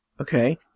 okay